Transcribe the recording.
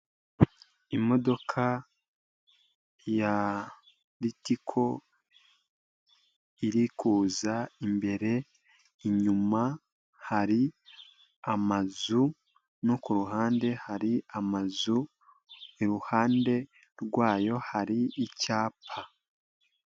Imodoka ya ritico iri kuza imbere inyuma hari amazu no kuruhande hari amazu iruhande rwayo hari icyapa.